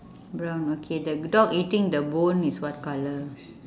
brown okay the dog eating the bone is what colour